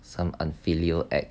some unfilial act